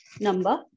number